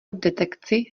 detekci